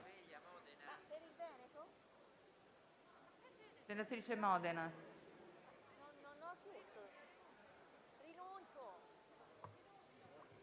senatrice Modena,